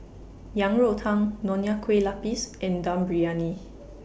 Yang Rou Tang Nonya Kueh Lapis and Dum Briyani